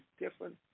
different